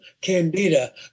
Candida